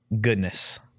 goodness